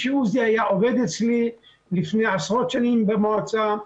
שעוזי היה עובד אצלי לפני עשרות שנים במועצה,